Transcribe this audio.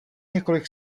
několik